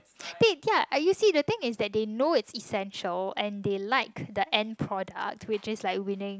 that yeah uh you see the thing is that they know is essential and they like the end product which is like winning